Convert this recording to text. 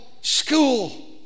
school